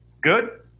good